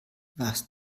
warst